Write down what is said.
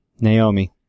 Naomi